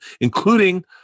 including